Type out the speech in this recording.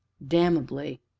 damnably!